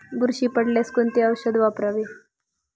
बुरशी पडल्यास कोणते औषध वापरावे?